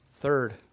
Third